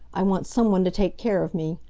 i want some one to take care of me.